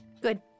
Good